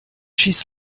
schieß